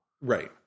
Right